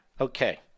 Okay